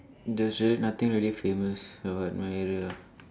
there's really nothing really famous about my area ah